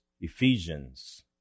Ephesians